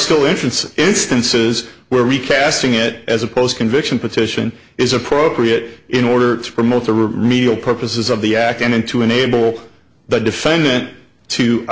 still instances instances where recasting it as a post conviction petition is appropriate in order to promote the remedial purposes of the act and to enable the defendant to